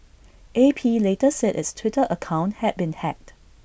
A P later said its Twitter account had been hacked